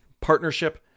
partnership